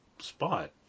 spot